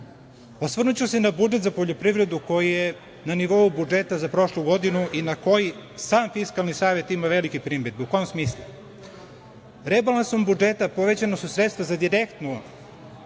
se na budžet za poljoprivredu koji je na nivou budžeta za prošlu godinu i na koji sam Fiskalni savet ima velike primedbe. U kom smislu? Rebalansom budžeta povećana su sredstva za direktne